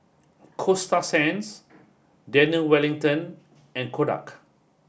Coasta Sands Daniel Wellington and Kodak